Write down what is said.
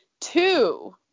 two